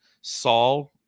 Saul